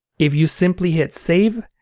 if you simply hit save,